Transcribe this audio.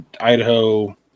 Idaho